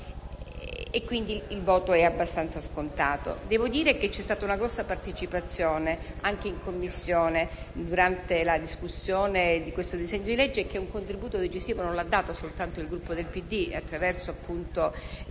E, quindi, il voto è abbastanza scontato. Devo dire che c'è stata una grande partecipazione, anche in Commissione, durante la discussione di questo disegno di legge e un contributo decisivo è stato dato non soltanto dal Gruppo del PD, attraverso